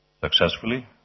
successfully